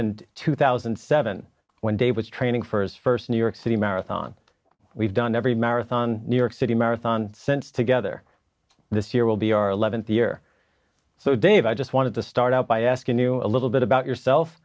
in two thousand and seven when dave was training for his first new york city marathon we've done every marathon new york city marathon since together this year will be our eleventh year so dave i just wanted to start out by asking you a little bit about yourself